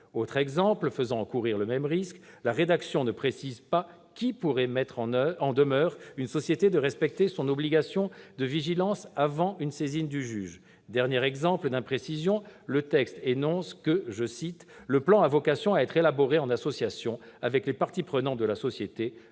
Autre exemple faisant encourir le même risque : la rédaction ne précise pas qui pourrait mettre en demeure une société de respecter son obligation de vigilance avant une saisine du juge. Dernier exemple d'imprécision : le texte énonce que « le plan a vocation à être élaboré en association avec les parties prenantes de la société,